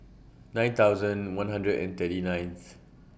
nine thousand one hundred and thirty ninth